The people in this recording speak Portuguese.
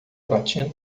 platina